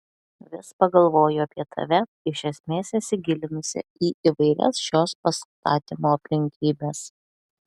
vis pagalvoju apie tave iš esmės įsigilinusią į įvairias šios pastatymo aplinkybes